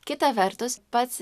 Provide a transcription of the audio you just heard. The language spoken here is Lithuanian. kita vertus pats